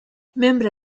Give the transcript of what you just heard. membre